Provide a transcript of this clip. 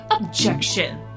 Objection